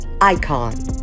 icon